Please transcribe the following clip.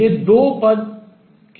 ये 2 पद cancel रद्द हो जातें हैं